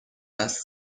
است